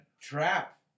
trap